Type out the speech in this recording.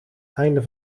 einde